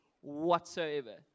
whatsoever